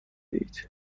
اید